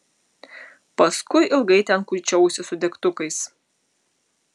paskui ilgai ten kuičiausi su degtukais